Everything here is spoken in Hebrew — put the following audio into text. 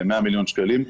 ל-100 מיליון שקלים,